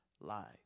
life